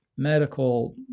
medical